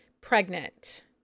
pregnant